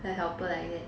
a helper like that